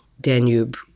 Danube